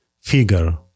figure